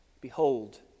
behold